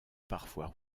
parfois